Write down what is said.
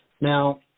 Now